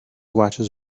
watches